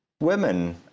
Women